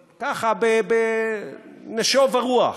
ככה, בנשוב הרוח,